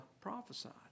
prophesied